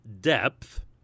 depth